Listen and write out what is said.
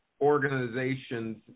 organizations